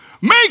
Make